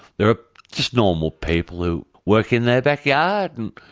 there are just normal people who work in their backyard and,